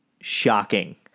shocking